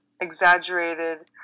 Exaggerated